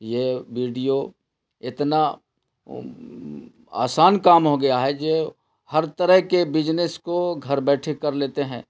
یہ بیڈیو اتنا آسان کام ہو گیا ہے جو ہر طرح کے بجنس کو گھر بیٹھے کر لیتے ہیں